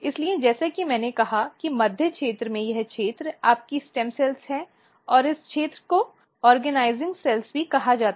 इसलिए जैसा कि मैंने कहा कि मध्य क्षेत्र में यह क्षेत्र आपकी स्टेम कोशिकाएँ हैं और इस क्षेत्र को संगठित कोशिकाएँ भी कहा जाता है